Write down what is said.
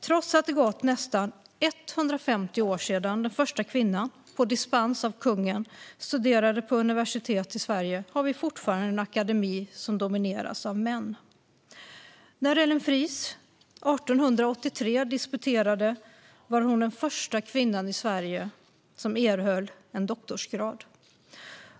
Trots att det gått nästan 150 år sedan den första kvinnan, på dispens från kungen, studerade på universitet i Sverige har vi fortfarande en akademi som domineras av män. När Ellen Fries 1883 disputerade var hon den första kvinnan i Sverige som erhöll en doktorsgrad.